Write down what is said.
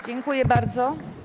Dziękuję bardzo.